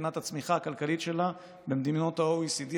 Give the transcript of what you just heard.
מבחינת הצמיחה הכלכלית שלה במדינות ה-OECD,